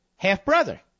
half-brother